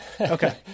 okay